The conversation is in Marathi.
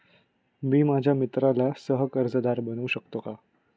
मी माझ्या मित्राला सह कर्जदार बनवू शकतो का?